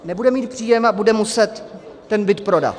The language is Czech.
Nebude mít příjem a bude muset ten byt prodat.